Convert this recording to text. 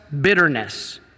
bitterness